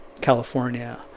California